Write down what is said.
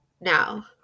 Now